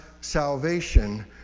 salvation